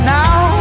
now